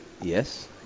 Yes